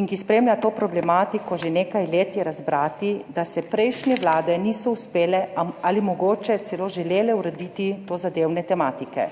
in ki spremlja to problematiko že nekaj let, je razbrati, da prejšnje vlade niso uspele ali mogoče celo želele urediti tozadevne tematike.